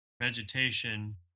vegetation